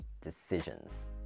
decisions